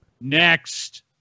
Next